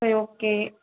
சரி ஓகே